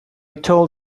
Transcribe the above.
told